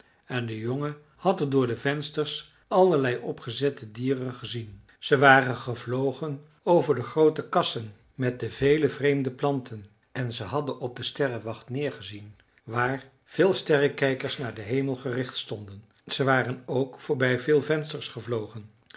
en den jongen had er door de vensters allerlei opgezette dieren gezien ze waren gevlogen over de groote kassen met de vele vreemde planten en ze hadden op de sterrenwacht neergezien waar veel sterrenkijkers naar den hemel gericht stonden ze waren ook voorbij veel vensters gevlogen